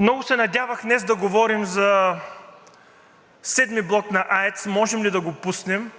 Много се надявах днес да говорим за VII блок на АЕЦ – можем ли да го пуснем,